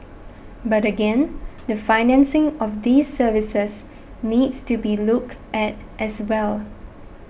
but again the financing of these services needs to be looked at as well